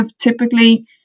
Typically